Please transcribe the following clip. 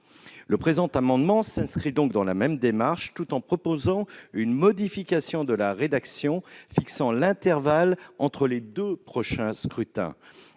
Le présent amendement s'inscrit dans la même démarche, tout en proposant une modification de l'intervalle entre les deux prochains scrutins.